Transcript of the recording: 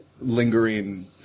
lingering